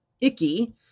icky